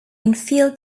enfield